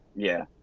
yeah,